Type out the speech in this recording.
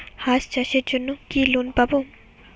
হাঁস চাষের জন্য কি লোন পাব?